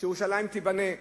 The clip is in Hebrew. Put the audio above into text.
שירושלים תיבנה,